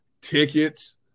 tickets